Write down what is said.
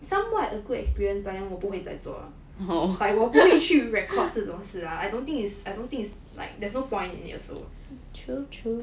somewhat a good experience but then 我不会再做 like 我不会去 record 这种事 lah I don't think I don't think it's like there's no point in it also